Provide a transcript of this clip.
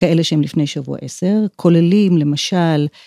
כאלה שהם לפני שבוע עשר, כוללים למשל.